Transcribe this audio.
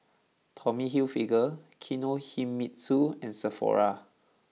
Tommy Hilfiger Kinohimitsu and Sephora